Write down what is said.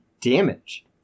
damage